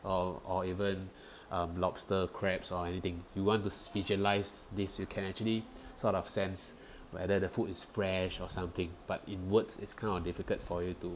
or or even um lobster crabs or anything you want to visualise this you can actually sort of sense whether the food is fresh or something but in words it's kind of difficult for you to